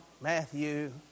Matthew